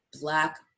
black